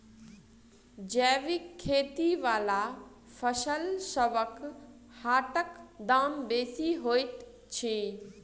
जैबिक खेती बला फसलसबक हाटक दाम बेसी होइत छी